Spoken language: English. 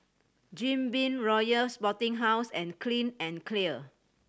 Jim Beam Royal Sporting House and Clean and Clear